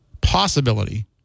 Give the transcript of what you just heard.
possibility